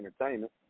Entertainment